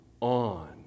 on